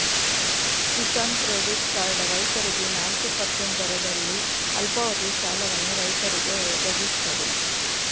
Kisan credit card ರೈತರಿಗೆ ನಾಲ್ಕು percent ದರದಲ್ಲಿ ಅಲ್ಪಾವಧಿ ಸಾಲವನ್ನು ರೈತರಿಗೆ ಒದಗಿಸ್ತದೆ